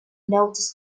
knows